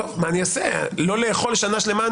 אני לא יכול לא לאכול שנה שלמה,